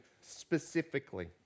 specifically